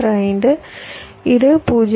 15 இது 0